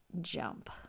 jump